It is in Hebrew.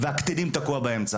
והקטינים תקועים באמצע.